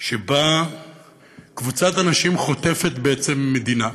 שבה קבוצת אנשים חוטפת בעצם מדינה,